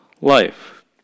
life